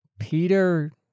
Peter